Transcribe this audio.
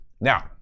Now